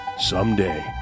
Someday